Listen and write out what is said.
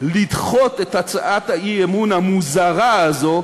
לדחות את הצעת האי-אמון המוזרה הזאת,